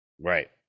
right